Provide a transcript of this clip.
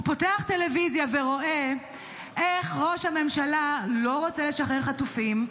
הוא פותח טלוויזיה ורואה איך ראש הממשלה לא רוצה לשחרר חטופים,